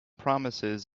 promises